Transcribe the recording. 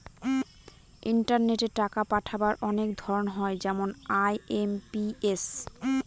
ইন্টারনেটে টাকা পাঠাবার অনেক ধরন হয় যেমন আই.এম.পি.এস